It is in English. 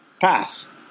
pass